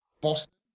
Boston